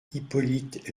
hippolyte